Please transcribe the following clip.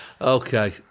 Okay